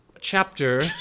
Chapter